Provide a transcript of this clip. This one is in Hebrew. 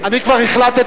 אני כבר החלטתי,